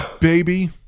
baby